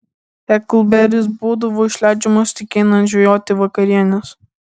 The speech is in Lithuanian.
heklberis būdavo išleidžiamas tik einant žvejoti vakarienės